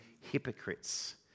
hypocrites